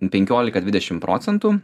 penkiolika dvidešimt procentų